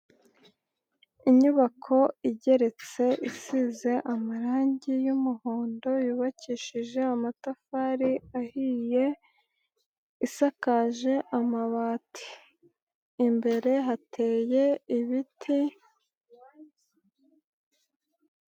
Inyubako igeretse isize amarangi y'umuhondo y'ubakishije amatafari ahiye, isakaje amabati. Imbere hateye ibiti.